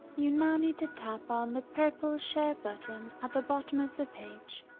you now need to tap on the purple share button at the bottom of the page.